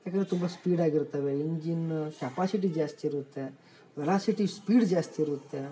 ಯಾಕಂದರೆ ತುಂಬ ಸ್ಪೀಡಾಗಿರ್ತವೆ ಇಂಜಿನ್ ಕೆಪಾಸಿಟಿ ಜಾಸ್ತಿ ಇರುತ್ತೆ ವೆಲಾಸಿಟಿ ಸ್ಪೀಡ್ ಜಾಸ್ತಿ ಇರುತ್ತೆ